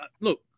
look